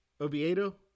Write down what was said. Oviedo